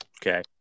Okay